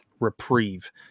Reprieve